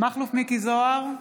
מכלוף מיקי זוהר,